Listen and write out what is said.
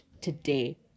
today